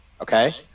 Okay